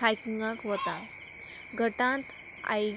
हायकिंगाक वतां गटांत हाय